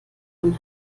von